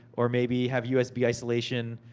or maybe, have usb isolation.